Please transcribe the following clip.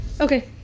Okay